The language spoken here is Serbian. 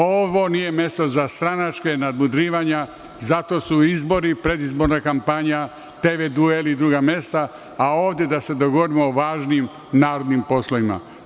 Ovo nije mesto za stranačka nadmudrivanja i zato su izbori, predizborna kampanja, TV dueli i druga mesta, a ovde da se dogovorimo o važnim narodnim poslovima.